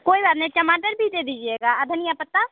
कोई बात नहीं टमाटर भी दे दीजिएगा धनिया पत्ता